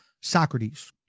Socrates